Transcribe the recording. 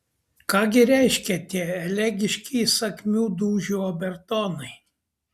ką gi reiškia tie elegiški įsakmių dūžių obertonai